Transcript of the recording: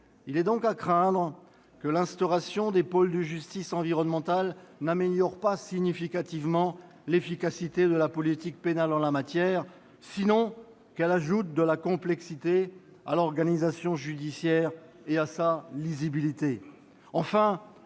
Il est donc à craindre que l'instauration des pôles de justice environnementale n'améliore pas significativement l'efficacité de la politique pénale en la matière, sinon qu'elle ajoute de la complexité à l'organisation judiciaire et à sa lisibilité.